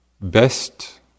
best